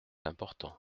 important